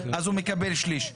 אז הוא מקבל שליש.